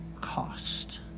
cost